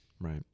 right